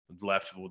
left